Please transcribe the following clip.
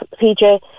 PJ